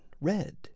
red